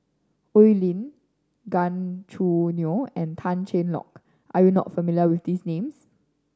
Oi Lin Gan Choo Neo and Tan Cheng Lock are you not familiar with these names